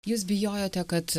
jūs bijojote kad